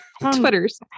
Twitters